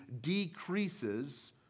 decreases